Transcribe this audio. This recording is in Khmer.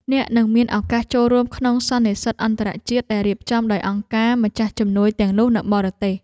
អ្នកនឹងមានឱកាសចូលរួមក្នុងសន្និសីទអន្តរជាតិដែលរៀបចំដោយអង្គការម្ចាស់ជំនួយទាំងនោះនៅបរទេស។